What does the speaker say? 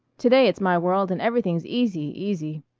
to-day it's my world and everything's easy, easy.